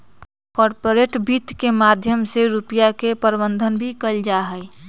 corporate वित्त के माध्यम से रुपिया के प्रबन्धन भी कइल जाहई